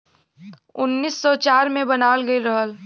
उन्नीस सौ चार मे बनावल गइल रहल